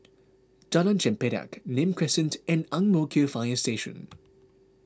Jalan Chempedak Nim Crescent and Ang Mo Kio Fire Station